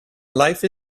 life